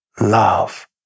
love